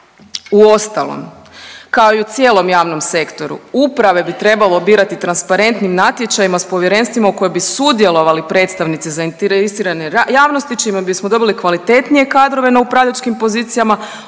Uostalom, kao i u cijelom javnom sektoru, uprave bi trebalo birati transparentnim natječajima s povjerenstvima u kojem bi sudjelovali predstavnici zainteresirane javnosti čime bismo dobili kvalitetnije kadrove na upravljačkim pozicijama,